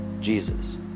jesus